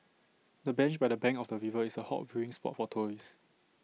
the bench by the bank of the river is A hot viewing spot for tourists